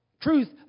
Truth